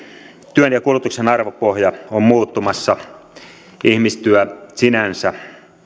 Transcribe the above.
työn ja kulutuksen arvopohja on muuttumassa ihmistyö sinänsä